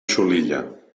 xulilla